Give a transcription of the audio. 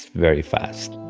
very fast.